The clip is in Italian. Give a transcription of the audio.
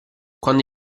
quando